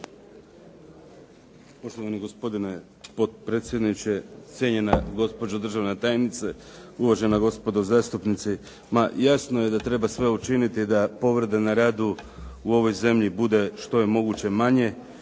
Poštovani gospodine potpredsjedniče. Cijenjena gospođo državna tajnice, uvaženi gospodo zastupnici. Ma jasno je da treba sve učiniti da povrede na radu u ovoj zemlji bude što je moguće manje.